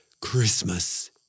Christmas